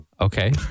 Okay